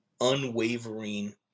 unwavering